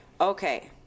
Okay